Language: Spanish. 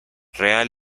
real